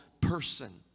person